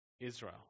Israel